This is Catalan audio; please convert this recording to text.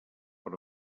per